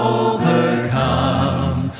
overcome